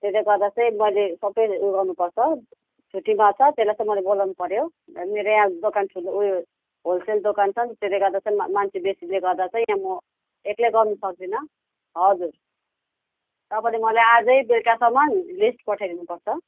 त्यसले गर्दा चाहिँ मैले सबै उयो गर्नुपर्छ छुट्टीमा छ त्यसलाई चाहिँ मैले बोलाउनु पऱ्यो मरो यहाँ दोकान ठुलो उयो होल्सेल दोकान छन् त्यसले गर्दा चाहिँ मान्छे बेसीले गर्दा चाहिँ यहाँ म एक्लै गर्नु सक्दिनँ हजुर तपाईँले मलाई आजै बेलकासम्म लिस्ट पठाइदिनु पर्छ